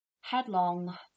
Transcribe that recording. headlong